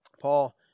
Paul